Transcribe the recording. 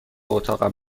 اتاقم